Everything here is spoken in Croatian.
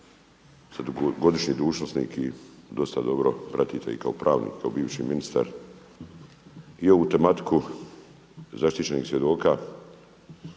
dugogodišnji dužnosnik i dosta dobro pratiti i kao pravnik, kao bivši ministar i ovu tematiku zaštićenih svjedoka